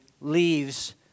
leaves